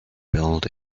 build